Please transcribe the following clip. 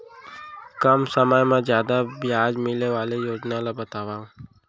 कम समय मा जादा ब्याज मिले वाले योजना ला बतावव